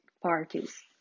Parties